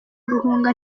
guhunga